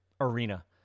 arena